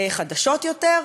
חדשות יותר,